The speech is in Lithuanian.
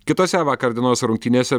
kitose vakar dienos rungtynėse